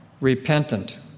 repentant